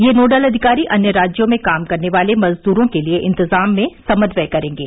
ये नोडल अधिकारी अन्य राज्यों में काम करने वाले मजदूरों के लिए इंतजाम में समन्वय करेंगे